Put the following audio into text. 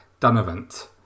Dunavant